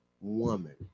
woman